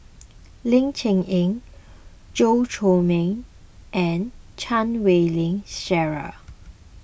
Ling Cher Eng Chew Chor Meng and Chan Wei Ling Cheryl